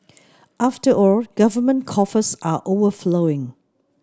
after all government coffers are overflowing